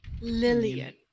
Lillian